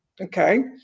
Okay